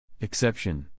exception